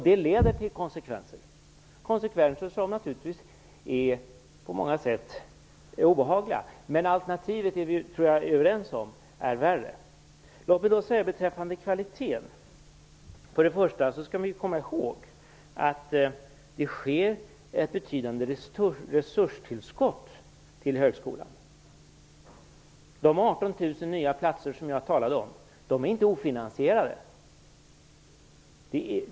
Det får konsekvenser, som naturligtvis på många sätt är obehagliga. Men alternativet - det tror jag att vi är överens om - är värre. Låt mig då säga några ord om kvaliteten. Vi skall komma ihåg att det blir ett betydande resurstillskott till högskolan. De 18 000 nya platser som jag talade om är inte ofinansierade.